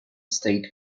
state